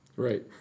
Right